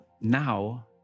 now